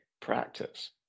practice